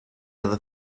other